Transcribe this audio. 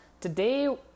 Today